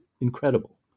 incredible